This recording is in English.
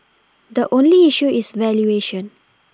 the only issue is valuation